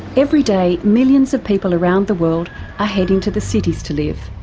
everyday millions of people around the world are heading to the cities to live.